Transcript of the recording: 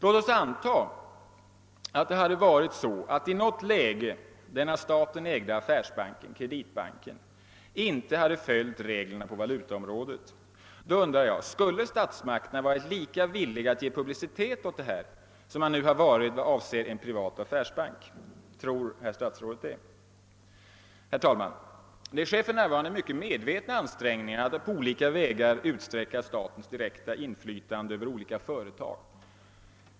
Låt oss anta att den av staten ägda affärsbanken, Kreditbanken, i något läge inte hade följt reglerna på valutaområdet. Jag undrar om statsmakterna skulle ha varit lika villiga att ge publicitet åt detta som de nu har varit när det gällt en privat affärsbank. Tror herr statsrådet det? Herr talman! Det görs för närvarande mycket medvetna ansträngningar att på olika vägar utsträcka statens direkta inflytande över skilda företag.